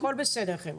הכול בסדר, חבר'ה.